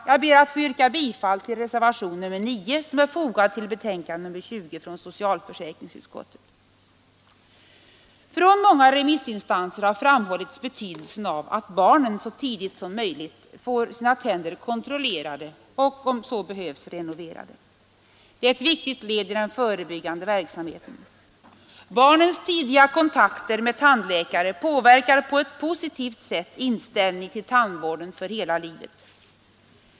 Jag ber att få yrka bifall till reservationen IX, som är fogad till betänkande nr 20 från socialförsäkringsutskottet. Från många remissinstanser har framhållits betydelsen av att barnen så tidigt som möjligt får sina tänder kontrollerade och om så behövs renoverade. Det är ett viktigt led i en förebyggande verksamhet. Barnens tidiga kontakter med tandläkare påverkar på ett positivt sätt inställningen till tandvården för hela livet.